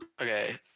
okay